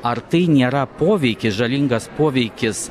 ar tai nėra poveikis žalingas poveikis